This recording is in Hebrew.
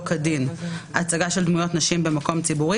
כדין הצגה של דמויות נשים במקום ציבור,